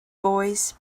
boys